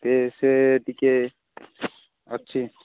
space ଟିକେ ଅଛି